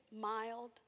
mild